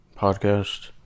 Podcast